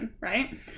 right